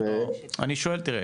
אני שואל, תראה,